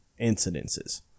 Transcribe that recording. incidences